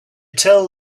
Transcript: tell